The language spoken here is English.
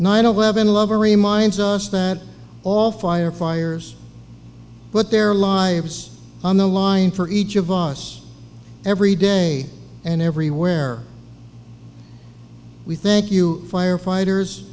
nine eleven lover reminds us that all fire fires but their lives on the line for each of us every day and everywhere we thank you firefighters